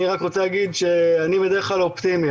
אני רק רוצה להגיד שאני בדרך כלל אופטימי,